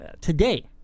today